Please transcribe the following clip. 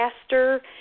faster